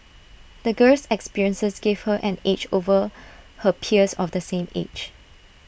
the girl's experiences gave her an edge over her peers of the same age